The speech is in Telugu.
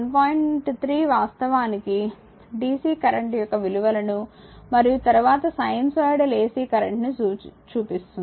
3 వాస్తవానికి dc కరెంట్ యొక్క విలువలను మరియు తరువాత సైనుసోయిడల్ AC కరెంట్ ని చూపిస్తుంది